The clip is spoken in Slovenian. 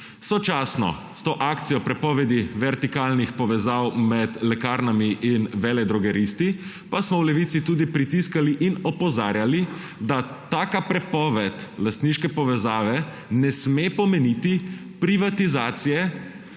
Sočasno s to akcijo prepovedi vertikalnih povezav med lekarnami in veledrogeristi pa smo v Levici tudi pritiskali in opozarjali, da taka prepoved lastniške povezave ne sme pomeniti privatizacije